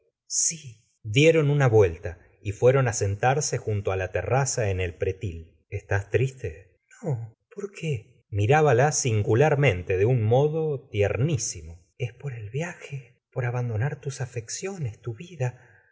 dieron una vuelta y fjeron á sentarse junto á la terraza en el pretil estás triste no por qué mirábala singularmente de un modo tiernisimo es por el viaje por abandonar tus afecciones tu vida